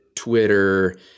Twitter